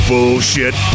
Bullshit